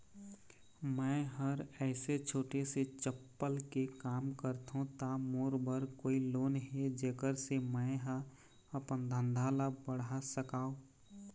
मैं हर ऐसे छोटे से चप्पल के काम करथों ता मोर बर कोई लोन हे जेकर से मैं हा अपन धंधा ला बढ़ा सकाओ?